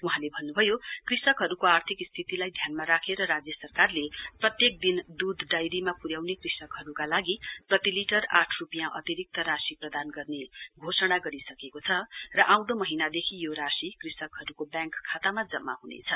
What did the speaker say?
वहाँले अन्न्भयो कृषकहरूको आर्थिक स्थितिलाई ध्यानमा राखेर राज्य सरकारले प्रत्येक दिन दूध डायरीमा प्र्राउने कृषकहरूका लागि प्रतिलिटर आठ रूपियाँ अतिरिक्त राशि प्रदान गर्ने घेषणा गरिसकेको छ र आउँदो महीनादेखि यो राशि कृषकहरूलाई व्याङ्क खातामा जम्मा हनेछ